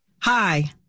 Hi